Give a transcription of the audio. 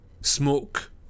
Smoke